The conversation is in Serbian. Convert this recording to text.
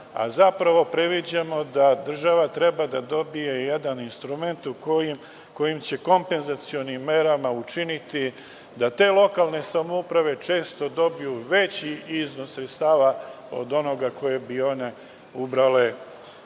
a zapravo previđamo da država treba da dobije jedan instrument kojim će kompezacionim merama učiniti da te lokalne samouprave često dobiju veći iznos sredstava od onoga koji bi one ubrale